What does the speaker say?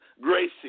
Gracie